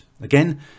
again